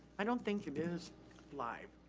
i don't think it is live.